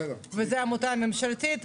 וזו עמותה ממשלתית.